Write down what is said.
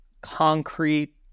concrete